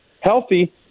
healthy